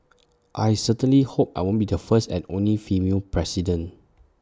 I certainly hope I won't be the first and only female president